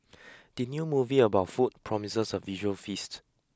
the new movie about food promises a visual feast